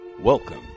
Welcome